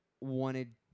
wanted